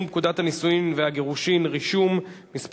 פקודת הנישואין והגירושין (רישום) (מס'